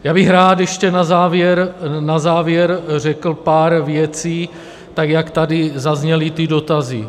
Já bych rád ještě na závěr řekl pár věcí, tak jak tady zazněly dotazy.